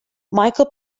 michael